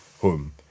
home